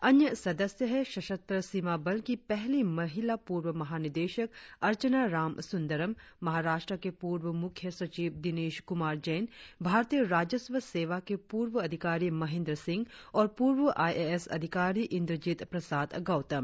अन्य सदस्य है सशस्त्र सीमा बल की पहली महिला पूर्व महानिदेशक अर्चना रामसुंदरम महाराष्ट्र के पूर्व मुख्य सचिव दिनेश कुमार जैन भारतीय राजस्व सेवा के पूर्व अधिकारी महेंद्र सिंह और पूर्व आईएएस अधिकारी इंद्रजीत प्रसाद गौतम